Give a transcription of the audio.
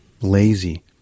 Lazy